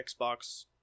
Xbox